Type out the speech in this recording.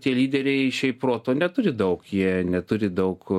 tie lyderiai šiaip proto neturi daug jie neturi daug